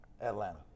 Atlanta